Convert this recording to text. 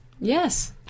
Yes